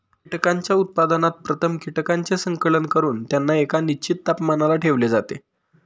कीटकांच्या उत्पादनात प्रथम कीटकांचे संकलन करून त्यांना एका निश्चित तापमानाला ठेवले जाते